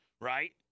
Right